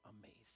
amazing